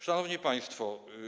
Szanowni Państwo!